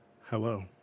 Hello